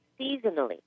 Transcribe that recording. seasonally